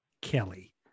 Kelly